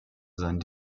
sein